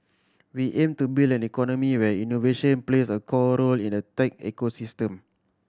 we aim to build an economy where innovation plays a core role in the tech ecosystem